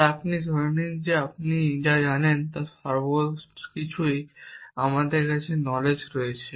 তাই আপনি ধরে নেন যে আপনি যা জানেন তার সবকিছুই আমাদের কাছে নলেজ রয়েছে